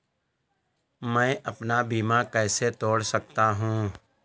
मैं अपना बीमा कैसे तोड़ सकता हूँ?